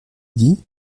dit